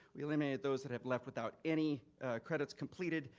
we eliminated those that have left without any credits completed,